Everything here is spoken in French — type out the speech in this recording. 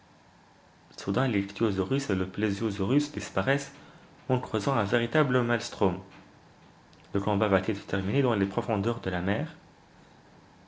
soudain l'ichthyosaurus et le plesiosaurus disparaissent en creusant un véritable maëlstrom le combat va-t-il se terminer dans les profondeurs de la mer